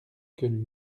que